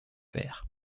fer